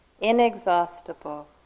inexhaustible